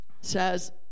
says